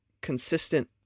consistent